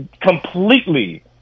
completely